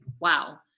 Wow